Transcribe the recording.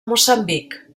moçambic